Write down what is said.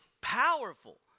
powerful